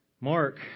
Mark